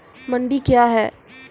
मंडी क्या हैं?